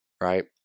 right